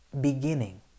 beginning